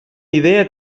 idea